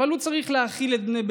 אבל הוא צריך להאכיל את בני ביתו.